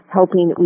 helping